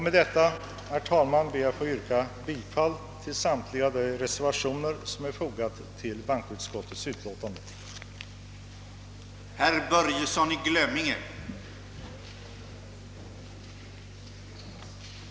Med detta, herr talman, ber jag att få yrka bifall till samtliga reservationer som är fogade till bankoutskottets förevarande utlåtande.